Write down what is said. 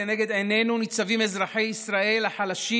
לנגד עינינו ניצבים אזרחי ישראל החלשים